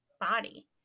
body